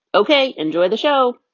ok. enjoy the show